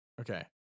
Okay